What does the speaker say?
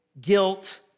Guilt